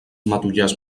matollars